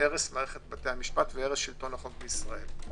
- הרס מערכת בתי המשפט והרס שלטון החוק בישראל.